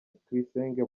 tuyisenge